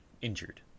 injured